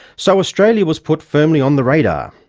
so australia was put firmly on the radar.